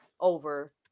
over